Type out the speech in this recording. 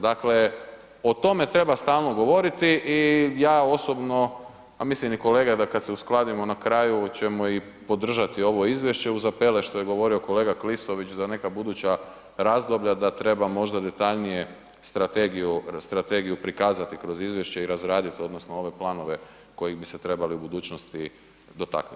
Dakle, o tome treba stalno govoriti i ja osobno, a mislim i kolega kada se uskladimo na kraju ćemo i podržati ovo izvješće uz apele što je govorio kolega Klisović za neka buduća razdoblja da treba možda detaljnije strategiju prikazati kroz izvješće i razraditi odnosno ove planove koji bi se trebali u budućnosti dotaknuti.